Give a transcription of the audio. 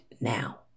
now